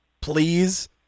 Please